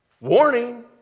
Warning